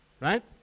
right